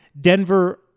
Denver